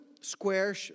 square